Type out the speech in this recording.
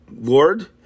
Lord